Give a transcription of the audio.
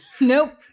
Nope